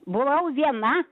buvau viena